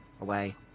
away